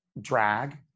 Drag